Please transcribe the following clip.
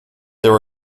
there